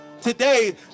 today